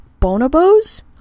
Bonobos